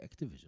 Activision